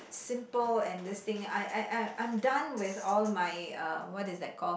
simple and this thing I I I I'm done with all my uh what is that called